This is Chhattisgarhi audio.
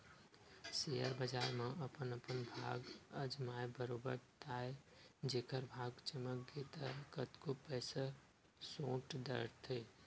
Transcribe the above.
सेयर बजार म अपन अपन भाग अजमाय बरोबर ताय जेखर भाग चमक गे ता कतको पइसा सोट डरथे